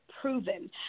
proven